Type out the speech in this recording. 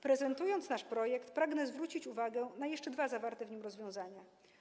Prezentując nasz projekt, pragnę zwrócić uwagę na jeszcze dwa zawarte w nim rozwiązania.